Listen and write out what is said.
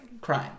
Crime